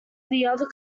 other